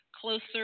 closer